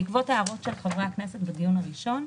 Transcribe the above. בעקבות הערות של חברי הכנסת בדיון הראשון,